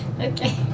Okay